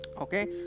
Okay